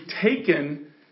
taken